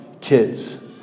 kids